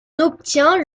obtient